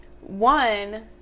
One